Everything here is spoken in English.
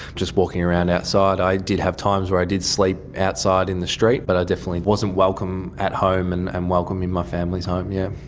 just walking around outside. i did have times where i did sleep outside in the street but i definitely wasn't welcome at home and and welcome in my family's home, yeah.